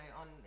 on